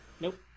nope